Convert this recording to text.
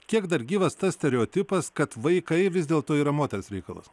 kiek dar gyvas tas stereotipas kad vaikai vis dėlto yra moters reikalas